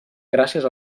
gràcies